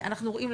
אנחנו רואים,